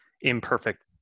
imperfect